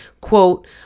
quote